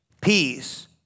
peace